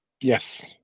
Yes